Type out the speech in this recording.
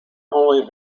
only